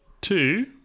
two